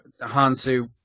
Hansu